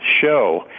show